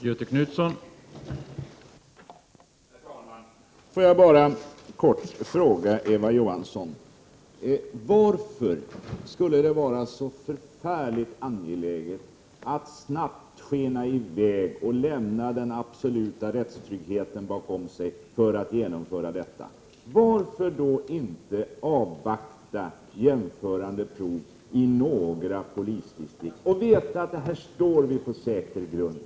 Prot. 1988/89:126 Herr talman! Låt mig bara kort fråga Eva Johansson: Varför skulle det — 1 juni 1989 vara så förfärligt angeläget att skena iväg och lämna den absoluta rättstrygg Ändring itrafikbrotts heten bakom sig för att genomföra detta? Varför inte avvakta jämförande ; RR SR ” lagen, m.m. prov i några polisdistrikt och sedan veta att vi här står på säker grund?